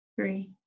three